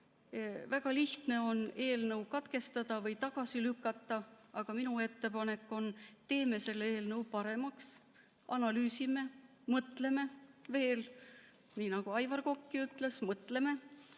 Väga lihtne on eelnõu menetlus katkestada või eelnõu tagasi lükata, aga minu ettepanek on, et teeme selle eelnõu paremaks, analüüsime, mõtleme veel, nii nagu Aivar Kokk ütles. Mõtleme